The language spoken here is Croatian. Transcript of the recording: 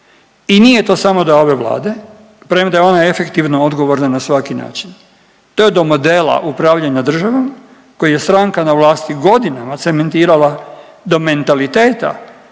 i nije to samo do ove vlade premda je ona efektivno odgovorna na svaki način, to je do modela upravljanja državom koji je stranka na vlasti godinama cementirala do mentaliteta